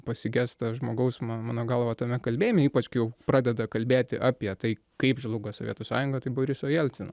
pasigesta žmogaus man mano galva tame kalbėjime ypač kai jau pradeda kalbėti apie tai kaip žlugo sovietų sąjunga tai boriso jelcino